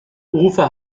ufer